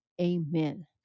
amen